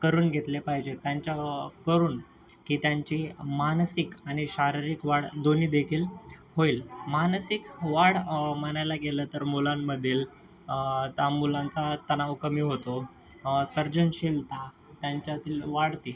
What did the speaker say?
करून घेतले पाहिजे त्यांच्या करून की त्यांची मानसिक आणि शारीरिक वाढ दोन्हीदेखील होईल मानसिक वाढ म्हणायला गेलं तर मुलांमधील त्या मुलांचा तणाव कमी होतो सर्जनशीलता त्यांच्यातील वाढते